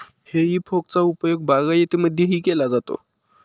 हेई फोकचा उपयोग बागायतीमध्येही केला जातो